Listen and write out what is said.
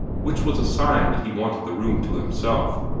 which was a sign that he wanted the room to himself,